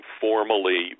formally